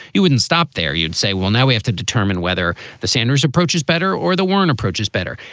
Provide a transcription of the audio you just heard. you wouldn't stop there. you'd say, well, now we have to determine whether the sanders approach is better or the warren approach is better.